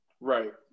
Right